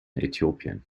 äthiopien